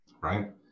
right